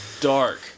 dark